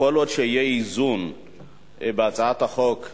כל עוד יהיה איזון בהצעת החוק,